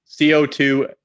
CO2